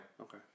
Okay